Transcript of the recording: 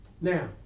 Now